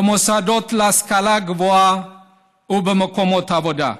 במוסדות להשכלה גבוהה ובמקומות עבודה.